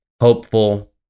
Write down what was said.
hopeful